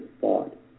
thought